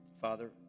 father